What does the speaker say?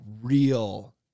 real